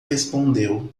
respondeu